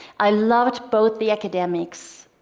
i loved both the academics